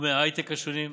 בתחומי ההייטק השונים,